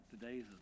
Today's